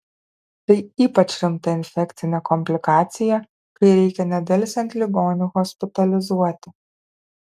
tai ypač rimta infekcinė komplikacija kai reikia nedelsiant ligonį hospitalizuoti